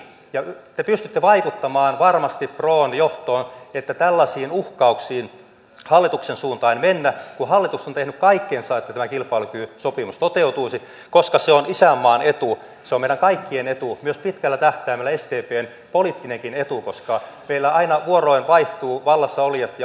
ja te pystytte vaikuttamaan varmasti pron johtoon että tällaisiin uhkauksiin hallituksen suuntaan ei mennä kun hallitus on tehnyt kaikkensa että tämä kilpailukykysopimus toteutuisi koska se on isänmaan etu se on meidän kaikkien etu myös pitkällä tähtäimellä sdpn poliittinenkin etu koska meillä aina vuoroin vaihtuvat vallassa olijat ja oppositiopuolueet